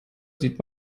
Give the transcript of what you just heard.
sieht